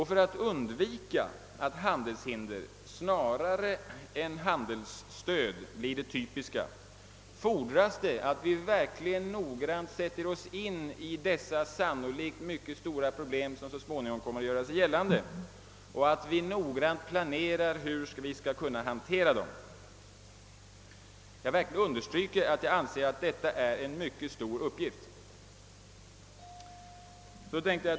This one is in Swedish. För att undvika att handelshinder snarare än handelsstöd blir det typiska fordras att vi verkligen noggrant sätter oss in i dessa sannolikt mycket stora problem som så småningom kommer att göra sig gällande och att vi grundligt planerar hur vi skall kunna lösa dem. Jag vill understryka att jag anser detta vara en mycket stor uppgift. Herr talman!